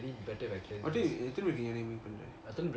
I think intermediate